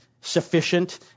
sufficient